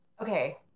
Okay